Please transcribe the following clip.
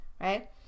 right